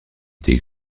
des